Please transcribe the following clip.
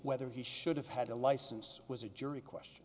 whether he should have had a license was a jury question